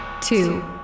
Two